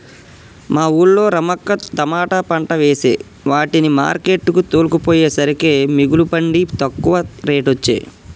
మా వూళ్ళో రమక్క తమాట పంట వేసే వాటిని మార్కెట్ కు తోల్కపోయేసరికే మిగుల పండి తక్కువ రేటొచ్చె